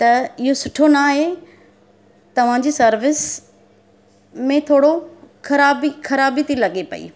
त इहो सुठो न आहे तव्हांजी सर्विस में थोरो ख़राबी ख़राबी थी लॻे पयी